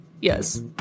yes